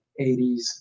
80s